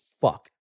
fuck